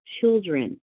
children